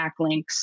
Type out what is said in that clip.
backlinks